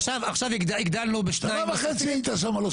עכשיו הגדלנו בשניים,